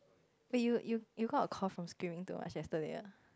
but you you you got a cough from screaming too much yesterday ah